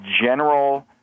general